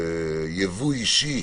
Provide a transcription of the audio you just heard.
ייבוא אישי